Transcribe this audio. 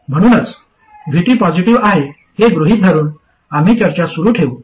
म्हणूनच VT positive आहे हे गृहीत धरुन आम्ही चर्चा सुरू ठेवू